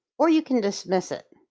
or you can dismiss it.